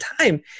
time